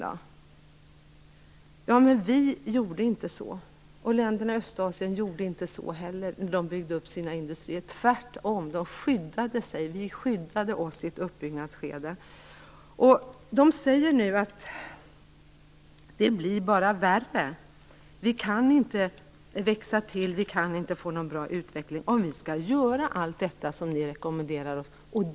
Vi har inte tillämpat en sådan. Inte heller länderna i Östasien gjorde det när de byggde upp sina industrier. Tvärtom skyddade vi oss i ett uppbyggnadsskede. De säger nu att det bara blir värre, att de inte kan växa till och inte kan få någon bra utveckling om de skall göra allt detta som vi rekommenderar dem.